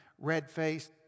red-faced